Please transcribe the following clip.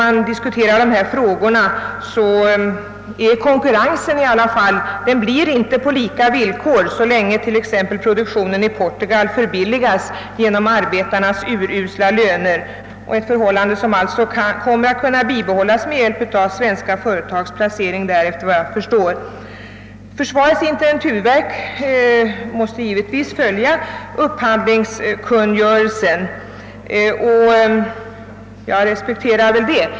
Men när vi diskuterar dessa frågor står det i alla fall klart att konkurrensen inte sker på lika villkor så länge produktionen t.ex. i Portugal förbilligas genom att arbetarna har urusla löner — ett förhållande som alltså kommer att kunna bestå med hjälp av svenska företags placering där, såvitt jag förstår. Försvarets intendenturverk måste givetvis följa upphandlingskungörelsen; jag respekterar det.